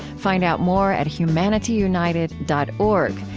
find out more at humanityunited dot org,